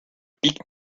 pique